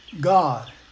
God